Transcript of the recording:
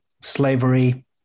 slavery